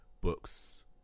books